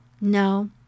No